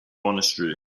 monastery